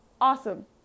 Awesome